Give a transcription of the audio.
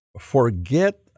forget